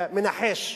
מנחש.